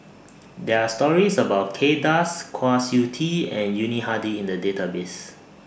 There Are stories about Kay Das Kwa Siew Tee and Yuni Hadi in The Database